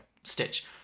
stitch